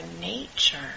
nature